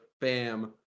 Bam